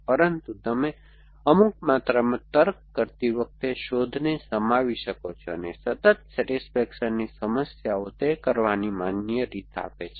પરંતુ તમે અમુક માત્રામાં તર્ક કરતી વખતે શોધને સમાવી શકો છો અને સતત સેટિસ્ફેક્શનની સમસ્યાઓ તે કરવાની માન્ય રીત આપે છે